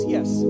Yes